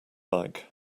like